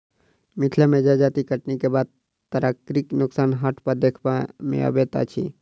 मिथिला मे जजाति कटनीक बाद तरकारीक नोकसान हाट पर देखबा मे अबैत अछि